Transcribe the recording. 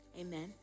amen